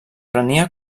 prenia